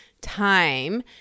time